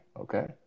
okay